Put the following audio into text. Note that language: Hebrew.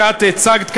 שאת הצגת כאן.